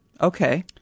Okay